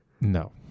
No